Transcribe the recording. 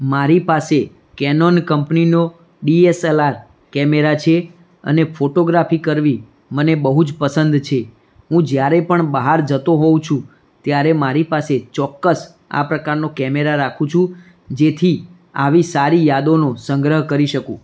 મારી પાસે કેનોન કંપનીનો D S L R camera છે અને ફોટોગ્રાફી કરવી મને બહુ જ પસંદ છે હું જ્યારે પણ બહાર જતો હોઉં છું ત્યારે મારી પાસે ચોક્કસ આ પ્રકારના કેમેરા રાખું છું જેથી આવી સારી યાદોનો સંગ્રહ કરી શકું